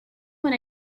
when